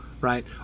right